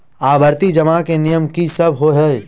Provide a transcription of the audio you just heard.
आवर्ती जमा केँ नियम की सब होइ है?